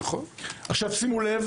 שימו לב